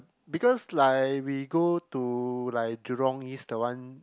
because like we go to like Jurong East the one